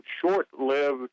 short-lived